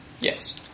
Yes